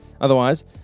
Otherwise